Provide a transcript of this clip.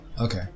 Okay